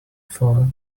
for